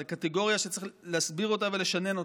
זו קטגוריה שצריך להסביר אותה ולשנן אותה,